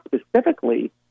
specifically